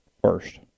first